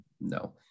No